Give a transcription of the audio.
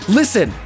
listen